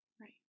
right